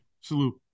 salute